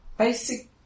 basic